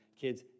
kids